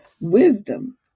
Wisdom